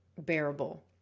bearable